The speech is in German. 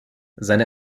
seine